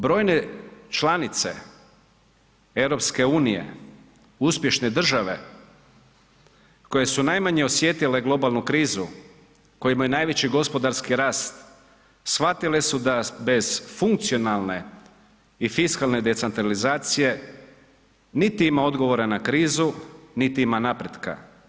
Brojne članice EU, uspješne države koje su najmanje osjetile globalnu krizu, koje imaju najveći gospodarski rast shvatile su da bez funkcionalne i fiskalne decentralizacije niti ima odgovora na krizu, niti ima napretka.